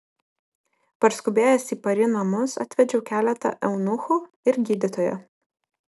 parskubėjęs į pari namus atvedžiau keletą eunuchų ir gydytoją